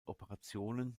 operationen